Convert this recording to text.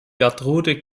gertrude